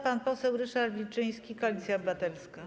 Pan poseł Ryszard Wilczyński, Koalicja Obywatelska.